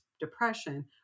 depression